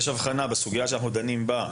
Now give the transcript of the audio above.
בסוגייה שאנחנו דנים בה?